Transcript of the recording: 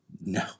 No